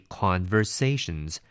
conversations